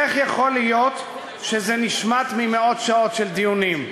איך יכול להיות שזה נשמט ממאות שעות של דיונים,